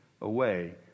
away